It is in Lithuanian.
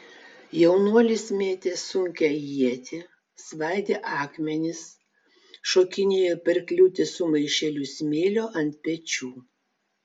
jaunuolis mėtė sunkią ietį svaidė akmenis šokinėjo per kliūtis su maišeliu smėlio ant pečių